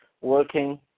working